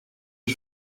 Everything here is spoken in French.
des